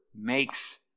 makes